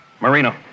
Marino